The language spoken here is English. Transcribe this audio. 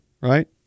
Right